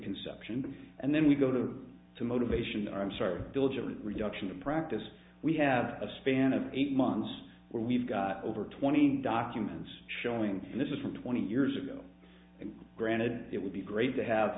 conception and then we go to them to motivation i'm sorry build a reduction to practice we have a span of eight months where we've got over twenty documents showing and this is from twenty years ago and granted it would be great they have